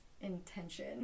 intention